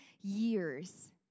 years